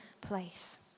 place